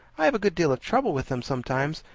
i have a good deal of trouble with them sometimes.